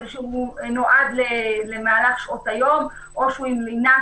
שנועד למהלך שעות היום או שהוא עם לינה,